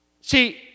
See